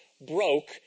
broke